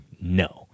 No